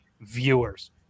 viewers